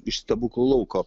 iš stebuklų lauko